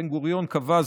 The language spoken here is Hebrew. בן-גוריון קבע זאת,